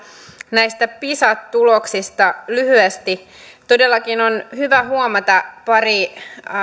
näistä pisa tuloksista lyhyesti todellakin on hyvä huomata pari